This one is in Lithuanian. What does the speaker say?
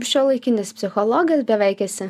šiuolaikinis psichologas beveik esi